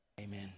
Amen